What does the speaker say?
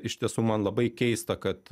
iš tiesų man labai keista kad